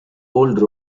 old